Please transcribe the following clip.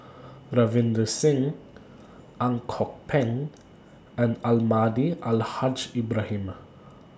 Ravinder Singh Ang Kok Peng and Almahdi Al Haj Ibrahim